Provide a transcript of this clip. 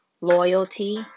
loyalty